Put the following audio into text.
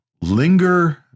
Linger